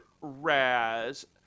Raz